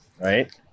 right